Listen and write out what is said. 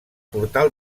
portal